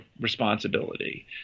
responsibility